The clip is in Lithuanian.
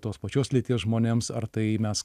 tos pačios lyties žmonėms ar tai mes